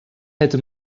hätte